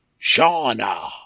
Shauna